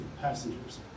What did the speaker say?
passengers